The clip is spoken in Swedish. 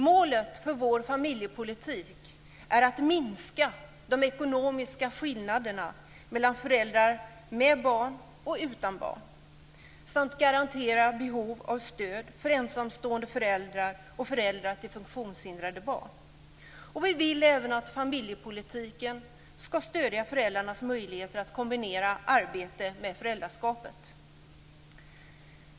Målet för vår familjepolitik är att minska de ekonomiska skillnaderna mellan familjer med barn och utan barn samt att garantera stöd för ensamstående föräldrar och föräldrar till funktionshindrade barn. Vi vill även att familjepolitiken ska stödja föräldrarnas möjligheter att kombinera arbete med föräldraskapet.